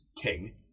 King